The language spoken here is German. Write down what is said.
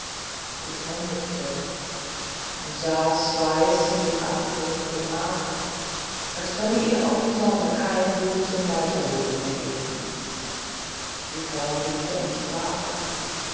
die frau nickte und saß weiß in dem abendroten gemach als könne ihr auch die sonne kein blut zum weiterleben mehr geben die frau nickte und sprach